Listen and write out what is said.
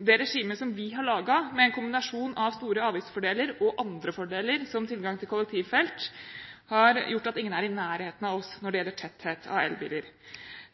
Det regimet vi har laget, med en kombinasjon av store avgiftsfordeler og andre fordeler, som tilgang til kollektivfelt, har gjort at ingen er i nærheten av oss når det gjelder tetthet av elbiler.